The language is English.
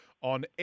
on